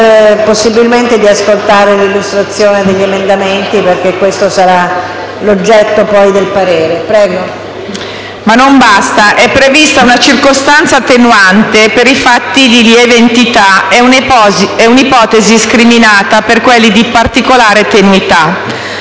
che non basta: è prevista una circostanza attenuante per i fatti di lieve entità e un'ipotesi scriminante per quelli di particolare tenuità.